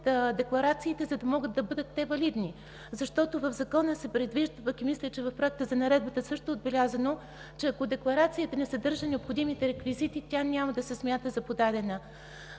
декларациите, за да могат да бъдат валидни, защото в Закона се предвижда – пък и мисля, че в проекта на наредбата също е отбелязано, че ако декларацията не съдържа необходимите реквизити, тя няма да се смята за подадена.